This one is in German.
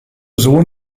sohn